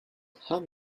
have